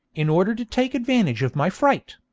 in order to take advantage of my fright